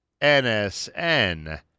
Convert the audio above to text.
NSN